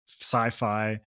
sci-fi